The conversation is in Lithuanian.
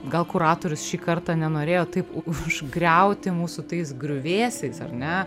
gal kuratorius šį kartą nenorėjo taip užgriauti mūsų tais griuvėsiais ar ne